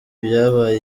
byabaye